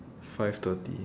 five thirty